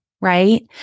right